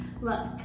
Look